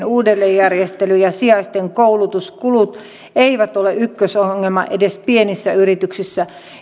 uudelleenjärjestely ja sijaisten koulutuskulut eivät ole ykkös ongelma edes pienissä yrityksissä